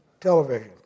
television